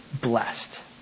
blessed